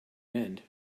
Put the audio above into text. mend